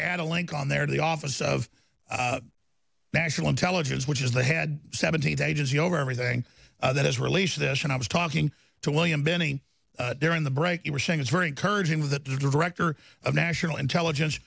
add a link on there to the office of national intelligence which is the head seventeenth agency over everything that has released this and i was talking to william binney during the break you were saying it's very encouraging that the director of national intelligence